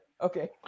Okay